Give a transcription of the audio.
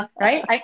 right